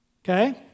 Okay